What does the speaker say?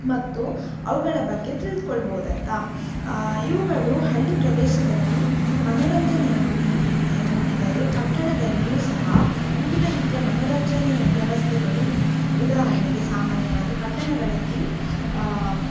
ಮತ್ತು ಅವುಗಳ ಬಗ್ಗೆ ತಿಳ್ದ್ಕೊಳ್ಬೌದು ಆಯಿತಾ ಇವುಗಳು ಹಳ್ಳಿ ಪ್ರದೇಶದಲ್ಲಿ ಮನೋರಂಜನೆಯನ್ನು ನೀಡಿ ನೀಡಿದರೆ ಪಟ್ಟಣದಲ್ಲಿಯೂ ಸಹ ವಿವಿಧ ರೀತಿಯ ಮನೋರಂಜನೆಯ ವ್ಯವಸ್ಥೆಗಳಿವೆ ಉದಾಹರಣೆಗೆ ಸಾಮಾನ್ಯವಾಗಿ ಪಟ್ಟಣಗಳಲ್ಲಿ